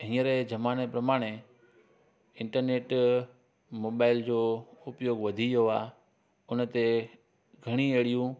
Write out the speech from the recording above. हीअंर जे जमाने प्रमाणे इंटरनेट मोबाइल जो उपयोगु वधी वियो आहे उनते घणी अहिड़ियूं